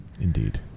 Indeed